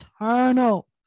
eternal